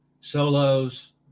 solos